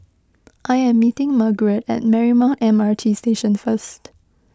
I am meeting Margarette at Marymount M R T Station first